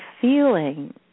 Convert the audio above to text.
feeling